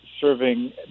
serving